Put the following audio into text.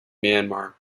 myanmar